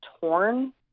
torn